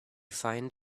find